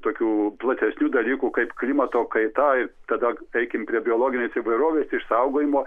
tokių platesnių dalykų kaip klimato kaita ir tada eikim prie biologinės įvairovės išsaugojimo